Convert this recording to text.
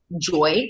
joy